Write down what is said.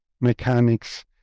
mechanics